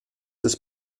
ist